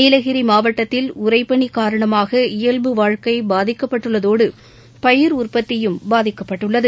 நீலகிரி மாவட்டத்தில் உறைபனி காரணமாக இயல்பு வாழ்க்கை பாதிக்கப்பட்டுள்ளதோடு பயிர் உற்பத்தியும் பாதிக்கப்பட்டுள்ளது